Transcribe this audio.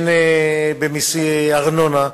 הן במסי ארנונה,